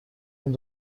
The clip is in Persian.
این